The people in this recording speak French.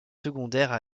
secondaires